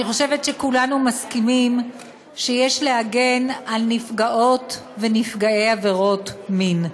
אני חושבת שכולנו מסכימים שיש להגן על נפגעות ונפגעי עבירות מין.